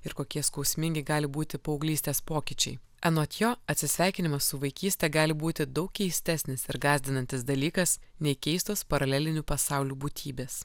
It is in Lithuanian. ir kokie skausmingi gali būti paauglystės pokyčiai anot jo atsisveikinimas su vaikyste gali būti daug keistesnis ir gąsdinantis dalykas nei keistos paralelinių pasaulių būtybės